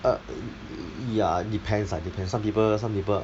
ah ya depends lah depends some people some people